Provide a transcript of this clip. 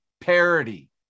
parody